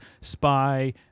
spy